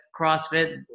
CrossFit